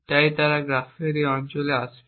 তাই তারা গ্রাফের এই অঞ্চলে আসবে